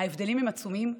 ההבדלים הם עצומים.